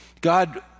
God